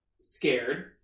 scared